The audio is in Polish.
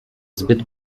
zbyt